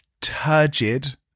Turgid